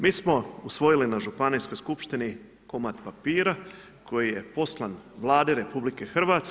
Mi smo usvojili na županijskoj skupštini komad papira koji je poslan Vladi RH.